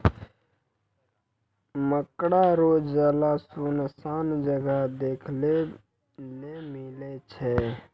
मकड़ा रो जाल सुनसान जगह देखै ले मिलै छै